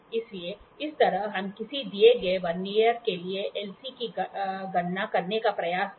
इसलिए इस तरह हम किसी दिए गए वर्नियर के लिए LC की गणना करने का प्रयास करते हैं